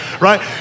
right